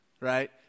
right